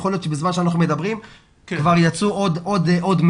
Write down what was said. יכול להיות שבזמן שאנחנו מדברים כבר יצאו עוד 100,